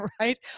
Right